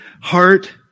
heart